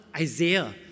Isaiah